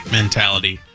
mentality